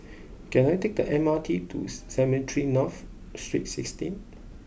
can I take the M R T to Cemetry North Street Sixteen